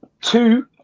Two